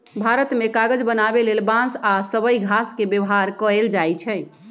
भारत मे कागज बनाबे लेल बांस आ सबइ घास के व्यवहार कएल जाइछइ